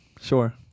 Sure